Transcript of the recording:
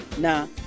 Now